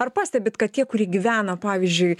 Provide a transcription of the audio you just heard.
ar pastebit kad tie kurie gyvena pavyzdžiui